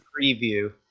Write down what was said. preview